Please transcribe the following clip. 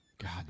God